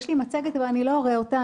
יש לי מצגת שאני לא אציג אותה,